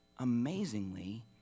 amazingly